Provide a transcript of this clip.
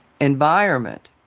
environment